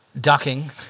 ducking